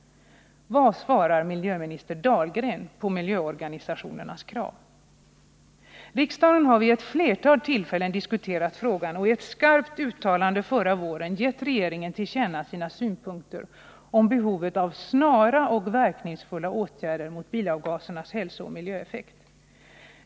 Vad svarar miljöminister Dahlgren på miljöorganisationernas krav? Riksdagen har vid ett flertal tillfällen diskuterat frågan och i ett skarpt I uttalande förra våren gett regeringen till känna sina synpunkter i fråga om behovet av snara och verkningsfulla åtgärder mot bilavgasernas hälsooch | miljöeffekt.